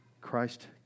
Christ